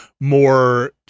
More